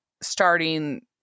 starting